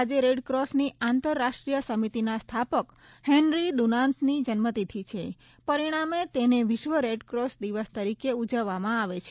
આજે રોડકોસની આંતરરાષ્ટ્રીય સમિતિના સ્થાપક હેનરી દુનાન્તની જન્મતિથિ છે પરિણામે તેને વિશ્વ રેડક્રોસ દિવસ તરીકે ઉજવવામાં આવે છે